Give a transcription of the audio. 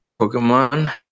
Pokemon